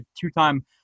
two-time